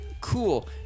Cool